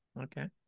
Okay